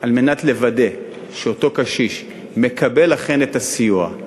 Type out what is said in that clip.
על מנת לוודא שאותו קשיש אכן מקבל את הסיוע,